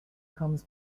comes